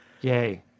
Yay